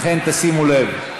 לכן, תשימו לב.